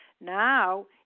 Now